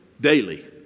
Daily